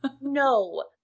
No